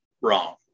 wrong